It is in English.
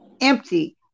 empty